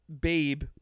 Babe